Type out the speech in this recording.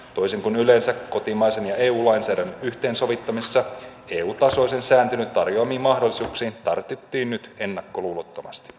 toisin kuin yleensä kotimaisen ja eu lainsäädännön yhteensovittamisessa eu tasoisen sääntelyn tarjoamiin mahdollisuuksiin tartuttiin nyt ennakkoluulottomasti